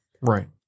Right